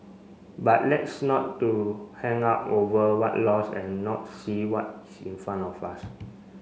but let's not too hung up over what lost and not see what is in front of us